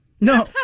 No